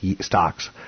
stocks